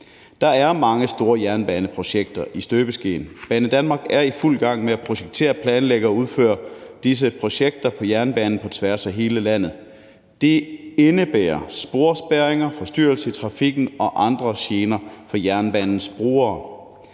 Der er mange store jernbaneprojekter i støbeskeen. Banedanmark er i fuld gang med at projektere, planlægge og udføre disse projekter på jernbanen på tværs af hele landet. Det indebærer sporspærringer, forstyrrelser i trafikken og andre gener for jernbanens brugere.